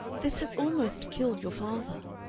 this has almost killed your father.